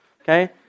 Okay